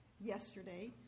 yesterday